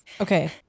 okay